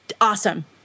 Awesome